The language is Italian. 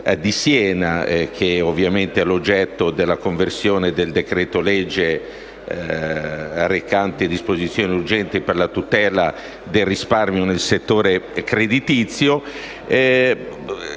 di Siena, che ovviamente è l'oggetto della conversione del decreto-legge recante disposizioni urgenti per la tutela del risparmio nel settore creditizio.